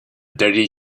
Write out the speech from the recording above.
dirty